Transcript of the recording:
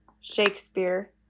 Shakespeare